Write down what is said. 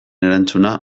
erantzuna